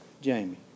Jamie